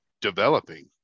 developing